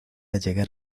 llegar